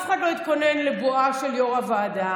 אף אחד לא התכונן לבואה של יו"ר הוועדה.